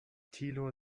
thilo